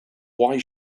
why